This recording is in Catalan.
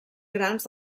grans